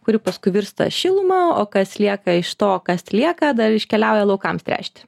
kuri paskui virsta šiluma o kas lieka iš to kas lieka dar iškeliauja laukams tręšti